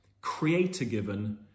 creator-given